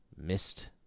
missed